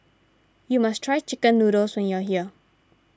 you must try Chicken Noodles when you are here